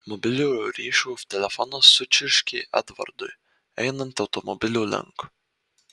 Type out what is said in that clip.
mobiliojo ryšio telefonas sučirškė edvardui einant automobilio link